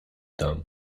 tam